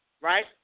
right